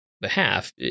behalf